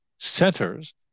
centers